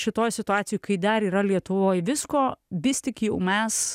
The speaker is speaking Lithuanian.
šitoj situacijoj kai dar yra lietuvoj visko vis tik jau mes